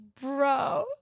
bro